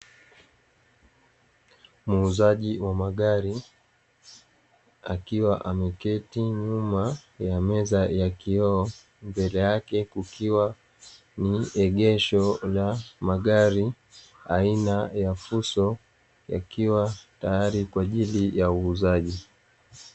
Muuzaji wa magari akiwa ameketi nyuma ya meza ya kioo, mbele yake kukiwa ni egesho la magari aina ya fuso yakiwa tayari kwa ajili ya uuzaji.